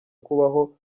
kubaho